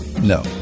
No